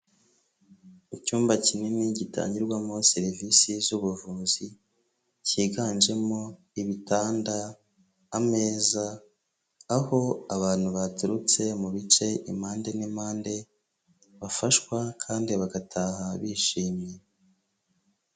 Icyumba kinini gitangirwamo serivisi z'ubuvuzi, cyiganjemo ibitanda, ameza, aho abantu baturutse mu bice impande n'impande, bafashwa kandi bagataha bishimye.